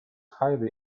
highly